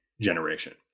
generation